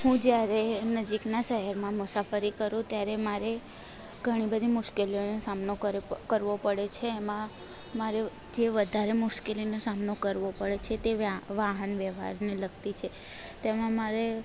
હું જ્યારે નજીકના શહેરમાં મુસાફરી કરું ત્યારે મારે ઘણી બધી મુશ્કેલીઓનો સામનો કરવો પડે છે એમાં મારે જે વધારે મુશ્કેલીનો સામનો કરવો પડે છે તે વાહન વ્યવહારને લગતી છે તેમાં મારે